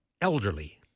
elderly